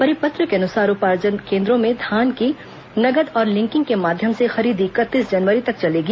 परिपत्र के अनुसार उपार्जन केन्द्रों में धान की नगद और लिकिंग के माध्यम से खरीदी इकतीस जनवरी तक चलेगी